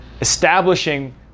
establishing